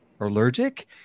allergic